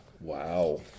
Wow